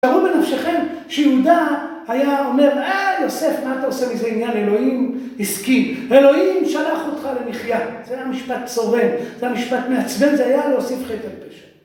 תארו בנפשכם שיהודה היה אומר, אה יוסף מה אתה עושה מזה עניין, אלוהים הסכים אלוהים שלח אותך למחייה, זה היה משפט צורם, זה היה משפט מעצבן, זה היה להוסיף חטא על פשע